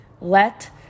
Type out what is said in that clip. Let